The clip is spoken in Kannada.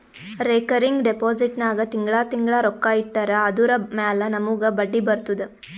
ರೇಕರಿಂಗ್ ಡೆಪೋಸಿಟ್ ನಾಗ್ ತಿಂಗಳಾ ತಿಂಗಳಾ ರೊಕ್ಕಾ ಇಟ್ಟರ್ ಅದುರ ಮ್ಯಾಲ ನಮೂಗ್ ಬಡ್ಡಿ ಬರ್ತುದ